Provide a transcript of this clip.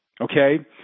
Okay